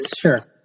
Sure